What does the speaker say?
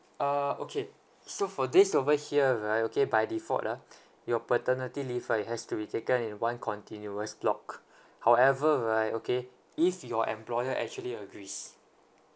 uh okay so for this over here right okay by default ah your paternity leave right has to be taken in one continuous block however right okay if your employer actually agrees